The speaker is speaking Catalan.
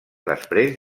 després